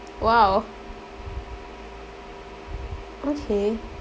!wow! okay